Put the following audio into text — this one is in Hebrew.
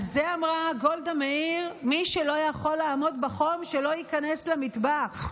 על זה אמרה גולדה מאיר: מי שלא יכול לעמוד בחום שלא ייכנס למטבח.